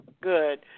good